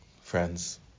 friends